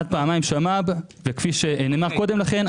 עד פעמיים שמ"ב וכפי שנאמר קודם לכן,